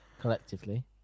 collectively